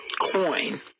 coin